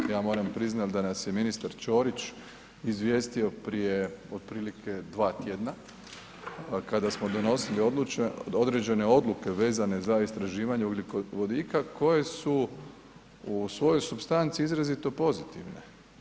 Ja moram priznati da nas je ministar Čorić izvijestio prije otprilike 2 tjedna kada smo donosili određene odluke vezane za istraživanje ugljikovodika koje su u svojoj supstanci izrazito pozitivne.